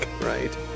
right